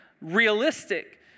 realistic